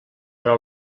però